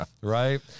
right